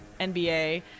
NBA